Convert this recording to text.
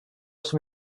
som